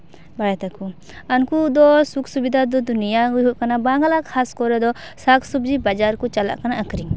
ᱟᱨ ᱩᱱᱠᱩ ᱫᱚ ᱥᱩᱠ ᱥᱤᱵᱤᱫᱟ ᱫᱚ ᱫᱩᱱᱤᱭᱟᱜᱮ ᱦᱩᱭᱩᱜ ᱠᱟᱱᱟ ᱵᱟᱝᱞᱟ ᱠᱷᱟᱥ ᱠᱚᱨᱮ ᱫᱚ ᱥᱟᱠᱼᱥᱚᱵᱡᱤ ᱵᱟᱡᱟᱨ ᱠᱚ ᱪᱟᱞᱟᱜ ᱠᱟᱱᱟ ᱟᱠᱷᱨᱤᱧ